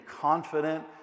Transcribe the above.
confident